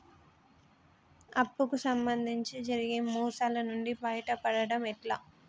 అప్పు కు సంబంధించి జరిగే మోసాలు నుండి బయటపడడం ఎట్లా?